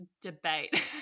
debate